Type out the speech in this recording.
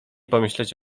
pomyśleć